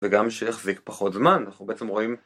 וגם שיחזיק פחות זמן, אנחנו בעצם רואים...